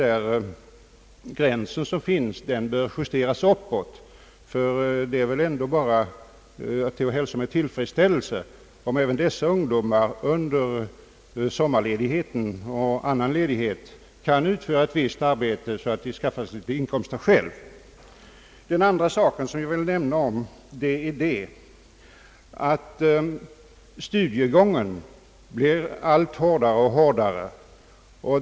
Den gränsen tycker jag bör justeras uppåt, ty det är väl bara att hälsa med tillfredsställelse om dessa ungdomar under sommarledigheten och annan ledighet kan utföra ett visst arbete så att de får en inkomst. Den andra saken jag vill nämna är att studiegången blir allt hårdare.